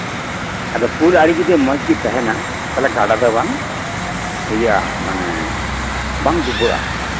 ᱟᱫᱚ ᱯᱳᱞ ᱟᱬᱮ ᱡᱩᱫᱤ ᱢᱚᱸᱡᱽ ᱜᱮ ᱛᱟᱦᱮᱱᱟ ᱛᱟᱦᱞᱮ ᱜᱟᱰᱟ ᱫᱚ ᱵᱟᱝ ᱤᱭᱟᱹᱜᱼᱟ ᱢᱟᱱᱮ ᱵᱟᱝ ᱫᱩᱨᱵᱚᱞᱚᱜᱼᱟ